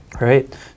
Right